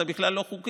אתה בכלל לא חוקי,